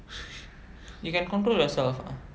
you can control yourself ah